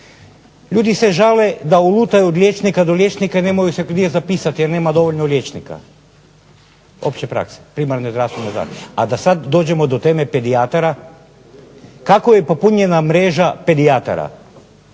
Ljudi se žale da lutaju od liječnika do liječnika i nemaju se gdje zapisati jer nema dovoljno liječnika primarne zdravstvene zaštite, a da sada dođemo do teme pedijatara, kako je popunjena mreža pedijatara,